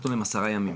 נתנו להם עשרה ימים.